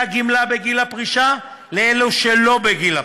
הגמלה בגיל הפרישה לאלו שלא בגיל הפרישה.